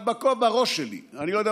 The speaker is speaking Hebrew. בכובע שלך.